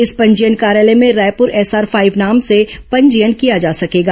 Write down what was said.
इस पंजीयन कार्यालय में रायपूर एसआर फाईव नाम से पंजीयन किया जा सकेगा